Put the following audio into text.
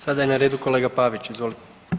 Sada je na redu kolega Pavić, izvolite.